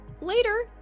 later